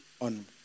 on